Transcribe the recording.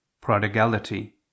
prodigality